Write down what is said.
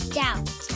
doubt